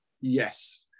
Yes